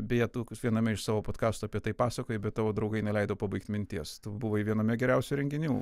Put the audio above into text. beje tu viename iš savo podkastų apie tai pasakojai bet tavo draugai neleido pabaigt minties tu buvai viename geriausių renginių